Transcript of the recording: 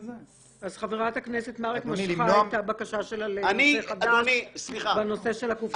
חברת הכנסת מארק משכה את הבקשה שלה לנושא חדש בנושא של הקופסאות.